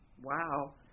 Wow